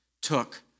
took